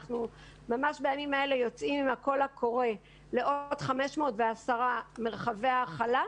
בימים אלה ממש אנחנו יוצאים עם קול קורא לעוד 510 מרחבי הכלה,